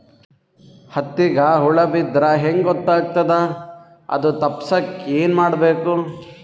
ಹತ್ತಿಗ ಹುಳ ಬಿದ್ದ್ರಾ ಹೆಂಗ್ ಗೊತ್ತಾಗ್ತದ ಅದು ತಪ್ಪಸಕ್ಕ್ ಏನ್ ಮಾಡಬೇಕು?